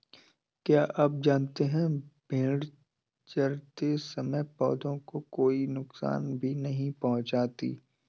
क्या आप जानते है भेड़ चरते समय पौधों को कोई नुकसान भी नहीं पहुँचाती